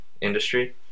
industry